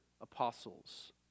apostles